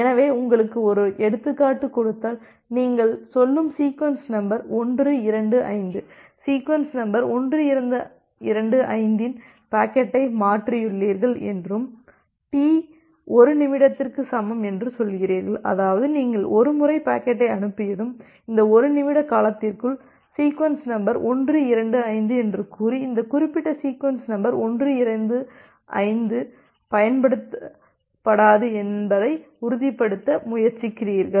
எனவே உங்களுக்கு ஒரு எடுத்துக்காட்டு கொடுத்தால் நீங்கள் சொல்லும் சீக்வென்ஸ் நம்பர் 1 2 5 சீக்வென்ஸ் நம்பர் 125 இன் பாக்கெட்டை மாற்றியுள்ளீர்கள் என்றும் டி 1 நிமிடத்திற்கு சமம் என்றும் சொல்கிறீர்கள் அதாவது நீங்கள் ஒரு முறை பாக்கெட்டை அனுப்பியதும் இந்த 1 நிமிட காலத்திற்குள் சீக்வென்ஸ் நம்பர் 125 என்று கூறி இந்த குறிப்பிட்ட சீக்வென்ஸ் நம்பர் 125 மீண்டும் பயன்படுத்தப்படாது என்பதை உறுதிப்படுத்த முயற்சிக்கிறீர்கள்